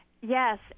Yes